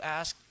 ask